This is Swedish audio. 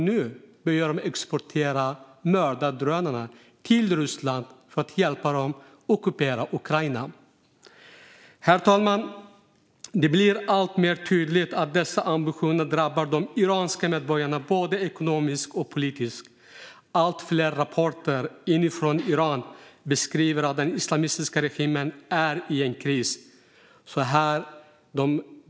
Nu börjar man exportera mördardrönare till Ryssland för att hjälpa dem att ockupera Ukraina. Herr talman! Det blir alltmer tydligt att dessa ambitioner drabbar de iranska medborgarna både ekonomiskt och politiskt. Allt fler rapporter inifrån Iran beskriver att den islamistiska regimen är i en kris.